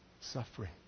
suffering